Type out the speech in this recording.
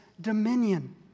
dominion